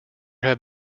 have